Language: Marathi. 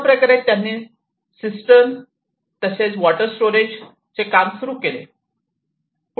अशाप्रकारे त्यांनी सिस्टर्न तसेच वॉटर स्टोरेज सुरू केले